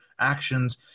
actions